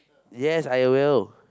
yes I will